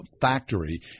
factory